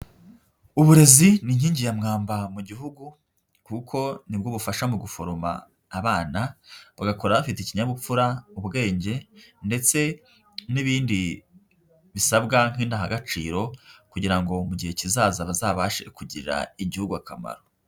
Uburezi ni inkingi ya mwamba mu Gihugu, kuko ni bwo bufasha mu guforoma abana, bagakura bafite ikinyabupfura, ubwenge ndetse n'ibindi bisabwa nk'indangagaciro, kugira ngo mu gihe kizaza bazabashe kugirira Igihugu akamaro.